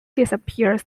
disappears